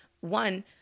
one